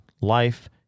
life